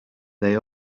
they